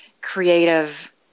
creative